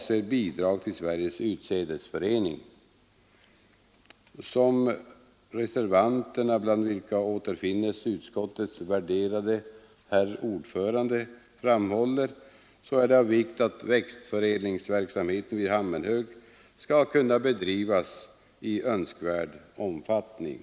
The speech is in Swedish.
Som framhållits av reservanterna, bland vilka återfinns utskottets värderade herr ordförande, är det av vikt att växtförädlingsverksamheten vid Hammenhög kan bedrivas i önskvärd omfattning.